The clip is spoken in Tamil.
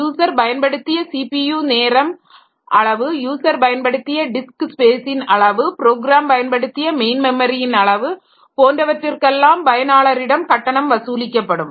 யூசர் பயன்படுத்திய ஸிபியு நேரம் அளவு யூசர் பயன்படுத்திய டிஸ்க் ஸ்பேஸின் அளவு ப்ரோக்ராம் பயன்படுத்திய மெயின் மெமரியின் அளவு போன்றவற்றிற்க்கெல்லாம் பயனாளரிடம் கட்டணம் வசூலிக்கப்படும்